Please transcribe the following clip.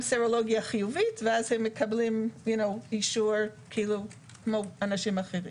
סרולוגיה חיובית והם מקבלים אישור כמו אנשים אחרים.